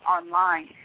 online